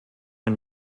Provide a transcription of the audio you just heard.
ein